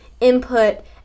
input